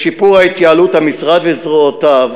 לשיפור התייעלות המשרד וזרועותיו